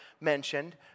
mentioned